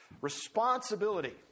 Responsibility